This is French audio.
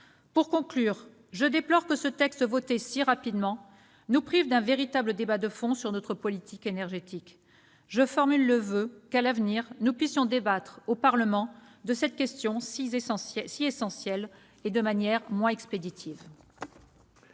réponse. Je déplore que ce texte, voté si rapidement, nous prive d'un véritable débat de fond sur notre politique énergétique. Je forme le voeu que, à l'avenir, nous puissions débattre au Parlement de cette question si essentielle de manière moins expéditive.